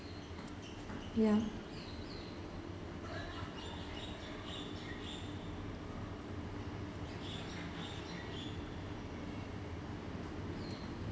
ya